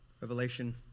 Revelation